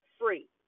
free